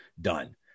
done